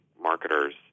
marketers